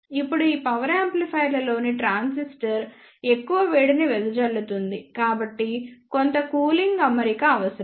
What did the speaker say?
ఇప్పుడు ఈ పవర్ యాంప్లిఫైయర్లలోని ట్రాన్సిస్టర్ ఎక్కువ వేడిని వెదజల్లుతుంది కాబట్టి కొంత కూలింగ్ అమరిక అవసరం